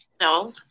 no